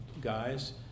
guys